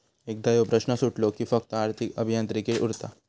एकदा ह्यो प्रश्न सुटलो कि फक्त आर्थिक अभियांत्रिकी उरता